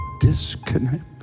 disconnect